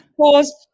pause